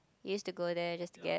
used to go there just to get